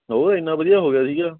ਹੋਰ ਇੰਨਾ ਵਧੀਆ ਹੋ ਗਿਆ ਸੀਗਾ